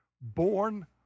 Born